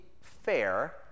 fair